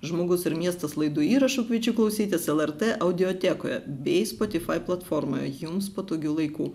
žmogus ir miestas laidų įrašų kviečiu klausytis lrt audiotekoje bei spotify platformoje jums patogiu laiku